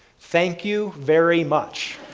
thank you very much.